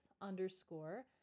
underscore